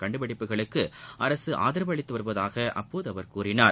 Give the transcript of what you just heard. கண்டுபிடிப்புகளுக்கு அரசு ஆதரவு அளித்து வருவதாக அப்போது அவர் கூறினார்